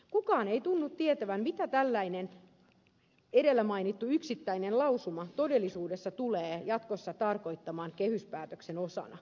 kukaan ei tunnu tietävän mitä tällainen edellä mainittu yksittäinen lausuma todellisuudessa tulee jatkossa tarkoittamaan kehyspäätöksen osana